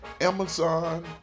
Amazon